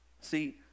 see